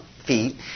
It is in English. feet